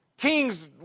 Kings